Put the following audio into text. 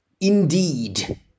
indeed